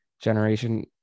generation